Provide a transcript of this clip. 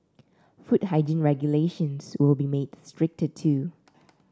food hygiene regulations will be made stricter too